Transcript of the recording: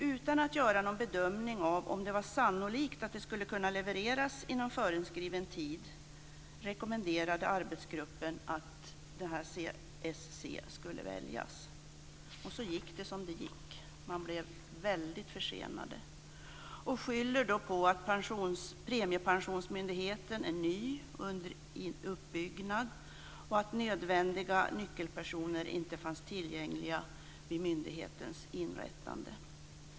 Utan att göra någon bedömning av om det var sannolikt att leveranser skulle kunna ske inom föreskriven tid rekommenderade arbetsgruppen att CSC skulle väljas. Så gick det som det gick. Man blev väldigt försenad. Man skyller på att Premiepensionsmyndigheten är ny och under uppbyggnad och på att nödvändiga nyckelpersoner inte fanns tillgängliga vid myndighetens inrättande.